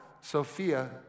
Sophia